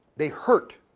they hurt,